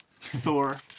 Thor